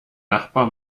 nachbar